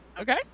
Okay